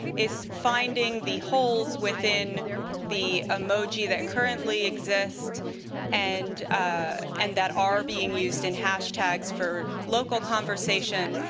is finding the holes within the emoji that currently exist and ah and that are being used in hashtags for local conversation,